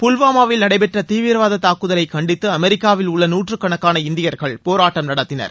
புல்வாமாவில் நடைபெற்ற தீவிரவாத தாக்குதலை கண்டித்து அமெரிக்காவில் உள்ள நூற்றுக்கணக்கான இந்தியர்கள் போராட்டம் நடத்தினர்